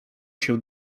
się